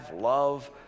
love